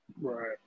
Right